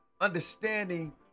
understanding